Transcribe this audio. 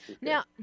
Now